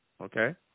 Okay